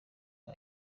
rwa